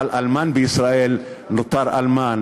אבל אלמן בישראל נותר אלמן,